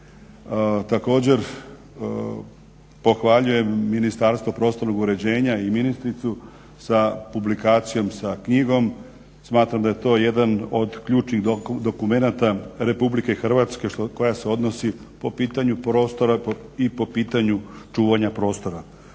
Također, pohvaljujem Ministarstvo prostornog uređenja i ministricu sa publikacijom sa knjigom, smatram da je to jedan od ključnih dokumenata RH koja se odnosi po pitanju prostora i po pitanju čuvanja prostora.